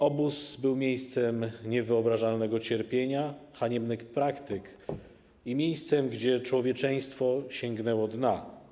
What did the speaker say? Obóz był miejscem niewyobrażalnego cierpienia, haniebnych praktyk i miejscem, gdzie człowieczeństwo sięgnęło dna.